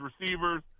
receivers